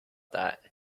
that